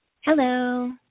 Hello